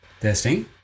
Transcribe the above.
testing